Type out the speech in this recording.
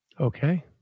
Okay